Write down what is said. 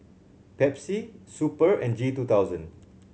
Pepsi Super and G two thousand